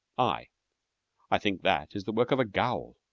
i i think that is the work of a ghoul.